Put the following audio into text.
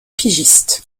pigistes